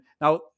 Now